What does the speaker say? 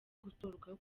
gutorwa